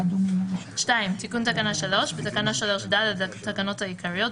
"תיקון תקנה 3 2. בתקנה 3(ד) לתקנות העיקריות,